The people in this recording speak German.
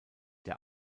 der